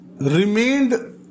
remained